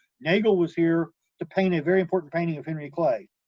nealge was here to paint a very important painting of henry clay. ah,